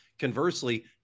Conversely